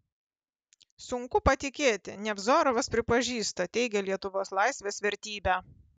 sunku patikėti nevzorovas pripažįsta teigia lietuvos laisvės vertybę